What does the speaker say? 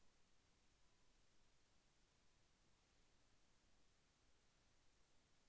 శ్రీ పద్ధతిలో వరి పంట పండించడం వలన లాభాలు?